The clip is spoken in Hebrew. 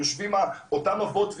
יושבים אותם אבות ואימהות,